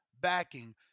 backing